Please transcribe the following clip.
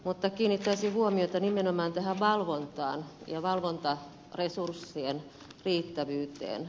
mutta kiinnittäisin huomiota nimenomaan tähän valvontaan ja valvontaresurssien riittävyyteen